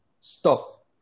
stop